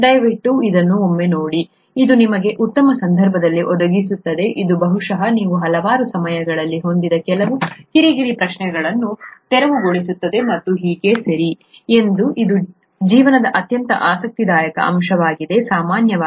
ದಯವಿಟ್ಟು ಅದನ್ನು ಒಮ್ಮೆ ನೋಡಿ ಇದು ನಿಮಗೆ ಉತ್ತಮ ಸಂದರ್ಭವನ್ನು ಒದಗಿಸುತ್ತದೆ ಇದು ಬಹುಶಃ ನೀವು ಹಲವಾರು ಸಮಯಗಳಲ್ಲಿ ಹೊಂದಿದ್ದ ಕೆಲವು ಕಿರಿಕಿರಿ ಪ್ರಶ್ನೆಗಳನ್ನು ತೆರವುಗೊಳಿಸುತ್ತದೆ ಮತ್ತು ಹೀಗೆ ಸರಿ ಇದು ಜೀವನದ ಅತ್ಯಂತ ಆಸಕ್ತಿದಾಯಕ ಅಂಶವಾಗಿದೆ ಸಾಮಾನ್ಯವಾಗಿ